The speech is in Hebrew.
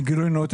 גילוי נאות.